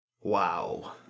Wow